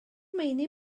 meini